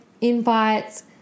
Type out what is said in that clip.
invites